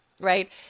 right